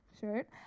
shirt